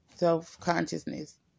self-consciousness